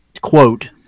quote